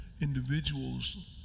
individuals